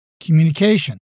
communication